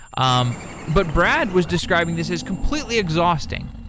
um but brad was describing this as completely exhausting.